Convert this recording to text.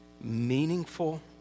meaningful